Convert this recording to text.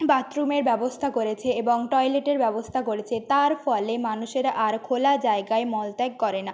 বাথরুমের ব্যবস্থা করেছে এবং টয়লেটের ব্যবস্থা করেছে তার ফলে মানুষেরা আর খোলা জায়গায় মলত্যাগ করে না